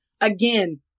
Again